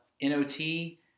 N-O-T